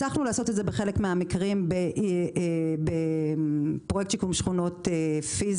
הצלחנו לעשות את זה בחלק מהמקרים בפרויקט שיקום שכונות פיזי,